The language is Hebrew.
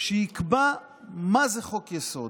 שיקבע מה זה חוק-יסוד,